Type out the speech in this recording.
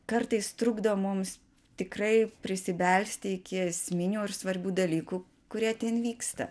kartais trukdo mums tikrai prisibelsti iki esminių ir svarbių dalykų kurie ten vyksta